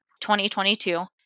2022